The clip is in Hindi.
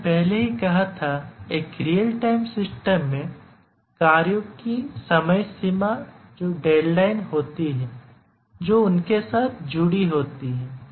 हमने पहले ही कहा था एक रियल टाइम सिस्टम में कार्यों की समय सीमा होती है जो उनके साथ जुड़ी होती है